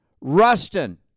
Rustin